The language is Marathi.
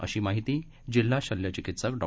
अशी माहिती जिल्हा शल्य चिकित्सक डॉ